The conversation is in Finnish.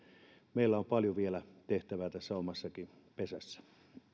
meillä on paljon vielä tehtävää tässä omassakin pesässä